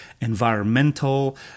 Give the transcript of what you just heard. environmental